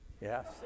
Yes